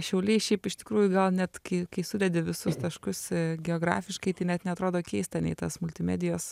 šiauliai šiaip iš tikrųjų gal net kai kai sudedi visus taškus geografiškai tai net neatrodo keista nei tas multimedijos